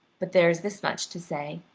but there is this much to say,